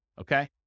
okay